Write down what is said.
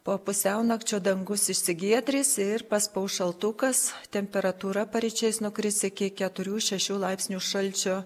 po pusiaunakčio dangus išsigiedrys ir paspaus šaltukas temperatūra paryčiais nukris iki keturių šešių laipsnių šalčio